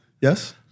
Yes